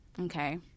Okay